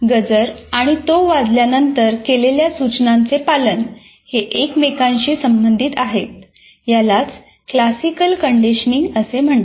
गजर आणि तो वाजल्यानंतर केलेल्या सूचनांचे पालन हे एकमेकांशी संबंधित आहेत यालाच क्लासिकल कंडिशनिंग असे म्हणतात